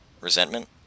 Resentment